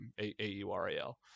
a-u-r-a-l